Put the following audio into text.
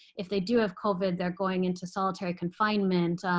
if they do have covid, they're going into solitary confinement.